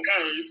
okay